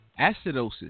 Acidosis